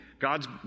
God's